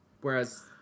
whereas